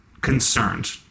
concerned